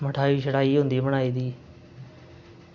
मठाई होंदी बनाई दी